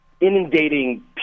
inundating